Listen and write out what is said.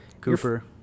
Cooper